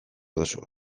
duzu